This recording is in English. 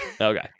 Okay